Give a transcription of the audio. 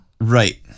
Right